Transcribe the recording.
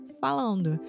falando